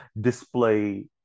display